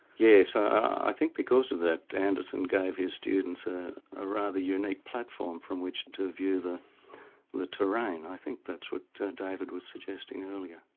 yes. i think because of that, anderson gave his students a ah rather unique platform from which to view the the terrain. i think that's what david was suggesting earlier.